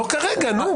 לא כרגע, נו.